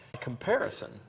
comparison